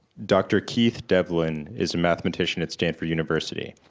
dr. keith devlin is a mathematician at stanford university.